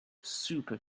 super